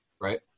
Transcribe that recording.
right